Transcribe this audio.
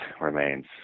remains